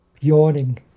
Yawning